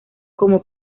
como